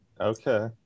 Okay